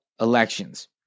elections